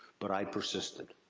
but i persisted.